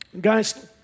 Guys